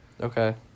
Okay